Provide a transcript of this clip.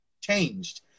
changed